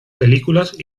películas